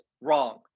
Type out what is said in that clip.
wrong